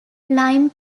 lime